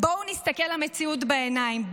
בואו נסתכל למציאות בעיניים,